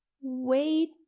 Wait